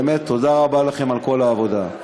באמת תודה רבה לכם על כל העבודה.